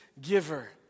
giver